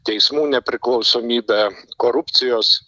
teismų nepriklausomybe korupcijos